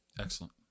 Excellent